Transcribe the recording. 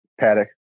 paddock